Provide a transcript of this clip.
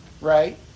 right